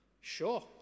Sure